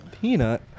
peanut